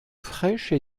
fraîche